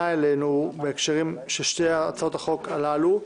אלינו בהקשרים של שתי הצעות החוק הללו.